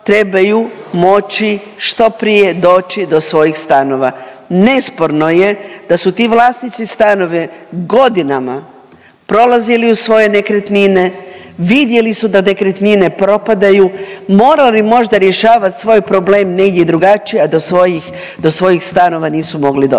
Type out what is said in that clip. trebaju moći što prije doći do svojih stanova. Nesporno je da su ti vlasnici stanove godinama prolazili uz svoje nekretnine, vidjeli su da nekretnine propadaju, morali možda rješavati svoj problem negdje drugačije, a do svojih stanova nisu mogli doći.